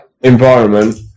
environment